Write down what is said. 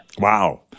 Wow